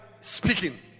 speaking